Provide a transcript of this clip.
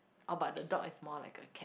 oh but the dog is more like a cat